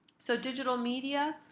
so digital media